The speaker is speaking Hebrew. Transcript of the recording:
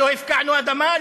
לא הפקענו אדמה,